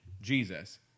Jesus